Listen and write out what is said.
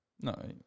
No